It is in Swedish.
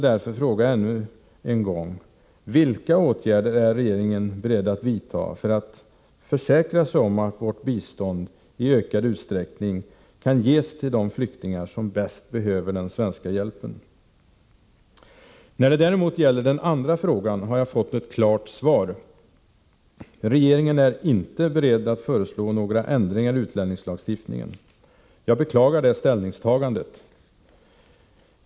När det däremot gäller den andra frågan har jag fått ett klart svar. Regeringen är inte beredd att föreslå några ändringar i utlänningslagstiftningen. Jag beklagar detta ställningstagande.